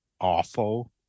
awful